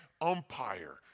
umpire